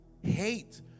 hate